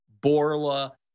Borla